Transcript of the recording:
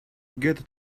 get